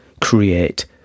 create